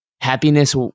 happiness